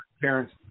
parents